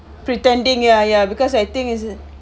pretending ya ya because I think is